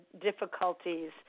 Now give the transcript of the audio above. difficulties